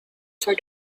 for